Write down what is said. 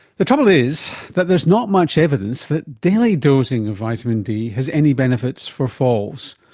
the trouble is that there is not much evidence that daily dosing of vitamin d has any benefits for falls.